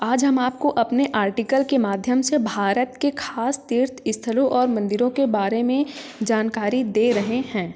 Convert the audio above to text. आज हम आपको अपने आर्टिकल के माध्यम से भारत के ख़ास तीर्थ स्थलों और मंदिरों के बारे में जानकारी दे रहे हैं